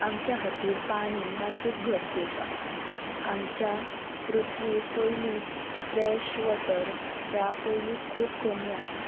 आमच्या खातीर पाणी ह्या खूब गरजेचा आमच्या पृथ्वीर पयलींत फ्रेश वॉटर ह्या पयलींत खूब कमी आसा